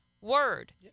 word